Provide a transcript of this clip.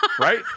right